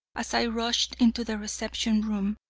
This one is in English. as i rushed into the reception room,